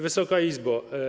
Wysoka Izbo!